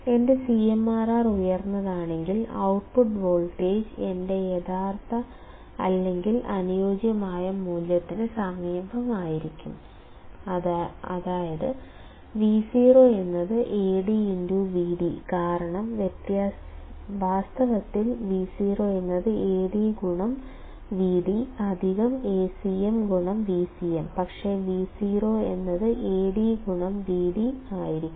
എന്റെ CMRR ഉയർന്നതാണെങ്കിൽ output voltage എന്റെ യഥാർത്ഥ അല്ലെങ്കിൽ അനുയോജ്യമായ മൂല്യത്തിന് സമീപമായിരിക്കും അത് Vo AdVd കാരണം വാസ്തവത്തിൽ Vo Ad Vd Acm Vcm പക്ഷേ Vo എന്നത് Ad Vd ആയിരിക്കും